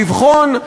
לבחון,